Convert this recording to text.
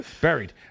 Buried